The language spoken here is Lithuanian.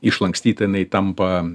išlankstyta jinai tampa